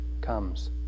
comes